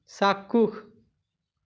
চাক্ষুষ